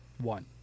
One